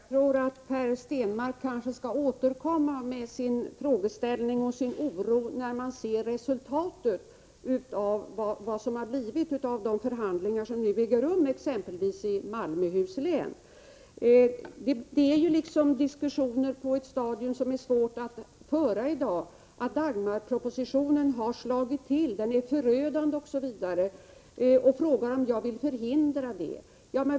Herr talman! Jag tror att Per Stenmarck skall återkomma med sin frågeställning och sin oro när vi ser resultatet av de förhandlingar som nu äger rum exempelvis i Malmöhus län. Det är svårt att i dag föra diskussioner om huruvida Dagmarpropositionen har slagit till, om den är förödande och om mina möjligheter att förhindra detta.